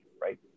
Right